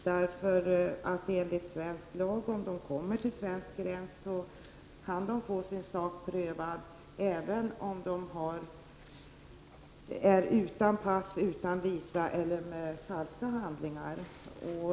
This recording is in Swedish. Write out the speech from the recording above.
Kommer någon till svensk gräns kan vederbörande enligt svensk lag få sin sak prövad, även om pass och visum saknas eller om det bara finns falska handlingar.